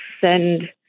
send